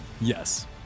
Yes